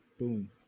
Boom